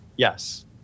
Yes